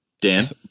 Dan